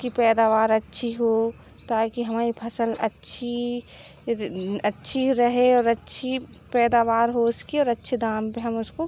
कि पैदावार अच्छी हो ताकि हमारी फ़सल अच्छी अच्छी रहे और अच्छी पैदावार हो उसकी और अच्छे दाम पर हम उसको